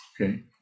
Okay